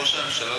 ראש הממשלה,